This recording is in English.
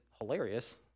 hilarious